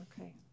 Okay